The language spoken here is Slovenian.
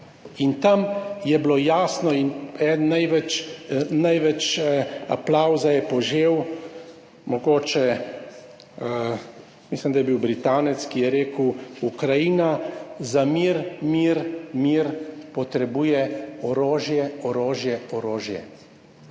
in tam je bilo jasno in največ aplavza je požel, mogoče, mislim da je bil Britanec, ki je rekel, »Ukrajina za mir, mir, mir potrebuje orožje, orožje, orožje«.